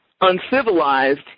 uncivilized